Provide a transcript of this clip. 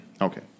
Okay